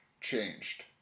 changed